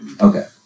Okay